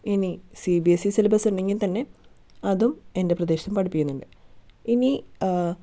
ഇനി C B S C syllabus ഉണ്ടെങ്കിൽ തന്നെ അതും എൻ്റെ പ്രദേശത്തും പഠിപ്പിക്കുന്നുണ്ട് ഇനി